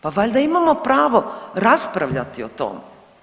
Pa valjda imamo pravo raspravljati o tome.